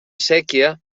séquia